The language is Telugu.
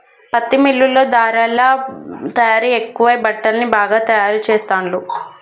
పత్తి మిల్లుల్లో ధారలా తయారీ ఎక్కువై బట్టల్ని బాగా తాయారు చెస్తాండ్లు